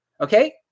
okay